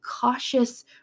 cautious